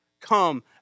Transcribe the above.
come